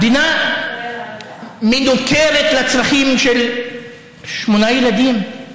המדינה מנוכרת לצרכים של שמונה ילדים,